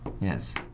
Yes